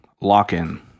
lock-in